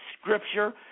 scripture